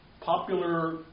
popular